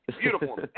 Beautiful